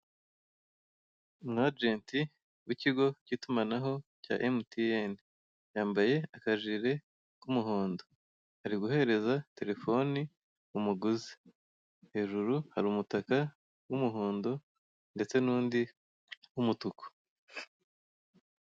Umu agenti w'ikigo k'itumanaho cya MTN yambaye akajire k'umuhondo ari guhereza terefone umuguzi hajuru hari umutaka w'umuhondo ndetse n'undi w'umutuku.